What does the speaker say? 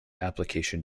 application